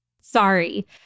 Sorry